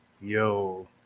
yo